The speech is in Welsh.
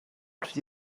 wrth